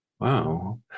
Wow